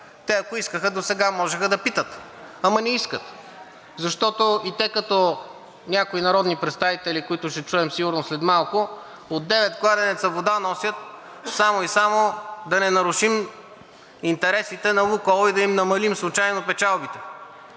те, ако искаха, досега можеха да питат, ама не искат. Защото като някои народни представители, които ще чуем сигурно след малко, и те от девет кладенеца вода носят само и само да не нарушим интересите на „Лукойл“ и да им намалим случайно печалбите.